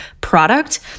product